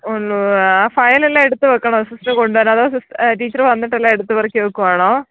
ഉണ്ട് ആ ഫയൽ എല്ലാം എടുത്ത് വെക്കണോ സിസ്റ്റർ കൊണ്ടുവരുന്നത് സിസ്റ്റർ ടീച്ചർ വന്നിട്ട് എല്ലാം എടുത്ത് പെറുക്കി വെക്കുവാണോ